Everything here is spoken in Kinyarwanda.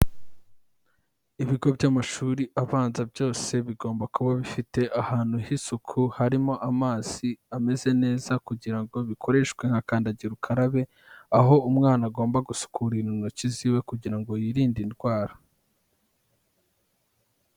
Ibigo by'amashuri abanza byose bigomba kuba bifite ahantu h'isuku harimo amazi ameze neza kugira ngo bikoreshwe nka kandagira ukarabe, aho umwana agomba gusukura intoki ziwe kugira ngo yirinde indwara.